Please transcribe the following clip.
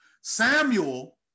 samuel